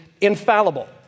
infallible